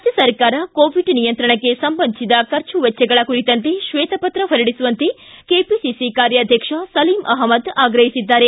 ರಾಜ್ಯ ಸರಕಾರ ಕೋವಿಡ್ ನಿಯಂತ್ರಣಕ್ಕೆ ಸಂಬಂಧಿಸಿದ ಖರ್ಚು ವೆಚ್ಚಗಳ ಕುರಿತಂತೆ ಶ್ವೇತಪತ್ರ ಹೊರಡಿಸುವಂತೆ ಕೆಪಿಸಿಸಿ ಕಾರ್ಯಾಧ್ವಕ್ಷ ಸಲೀಂ ಅಹ್ಲದ್ ಆಗ್ರಹಿಸಿದ್ದಾರೆ